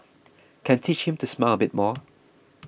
can teach him to smile a bit more